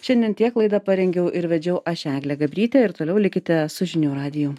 šiandien tiek laidą parengiau ir vedžiau aš eglė gabrytė ir toliau likite su žinių radiju